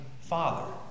Father